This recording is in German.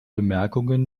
bemerkungen